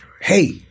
Hey